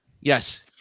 Yes